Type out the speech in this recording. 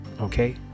okay